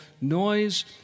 noise